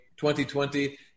2020